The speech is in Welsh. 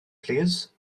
plîs